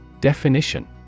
Definition